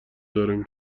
دارمی